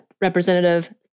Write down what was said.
Representative